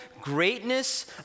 greatness